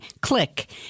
click